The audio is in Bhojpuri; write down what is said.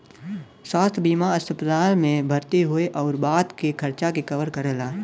स्वास्थ्य बीमा अस्पताल में भर्ती होये आउर बाद के खर्चा के कवर करला